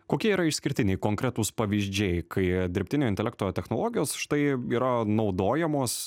kokie yra išskirtiniai konkretūs pavyzdžiai kai dirbtinio intelekto technologijos štai yra naudojamos